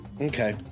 Okay